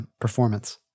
performance